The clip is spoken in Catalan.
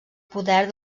poder